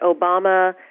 Obama